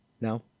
No